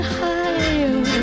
higher